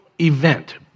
event